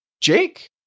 Jake